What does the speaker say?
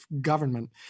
government